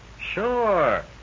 Sure